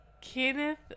Kenneth